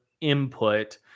input